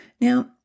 Now